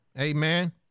Amen